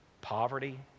poverty